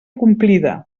complida